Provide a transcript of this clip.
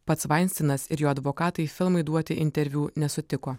pats vainstinas ir jo advokatai filmui duoti interviu nesutiko